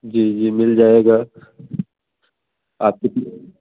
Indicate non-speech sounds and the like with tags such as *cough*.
जी जी मिल जाएगा आपकी *unintelligible*